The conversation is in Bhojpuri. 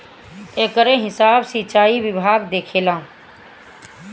एकर हिसाब सिंचाई विभाग देखेला